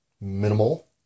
minimal